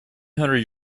hundred